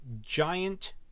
giant